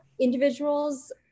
individuals